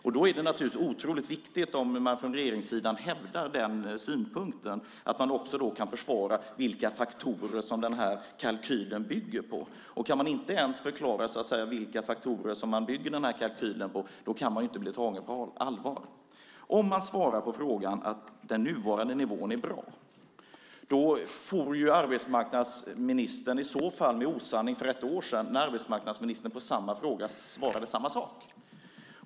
Om man från regeringssidan hävdar den synpunkten är det naturligtvis otroligt viktigt att man också kan förklara vilka faktorer kalkylen bygger på. Om man inte ens kan förklara det så kan man inte bli tagen på allvar. Om man besvarar frågan genom att säga att den nuvarande nivån är bra for arbetsmarknadsministern med osanning för ett år sedan när han på samma fråga svarade samma sak.